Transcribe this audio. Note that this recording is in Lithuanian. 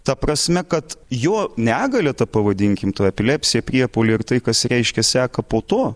ta prasme kad jo negalia ta pavadinkim ta epilepsija priepuoliai ir tai kas reiškia seka po to